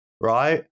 right